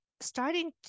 starting